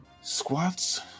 Squats